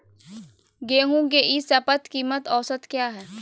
गेंहू के ई शपथ कीमत औसत क्या है?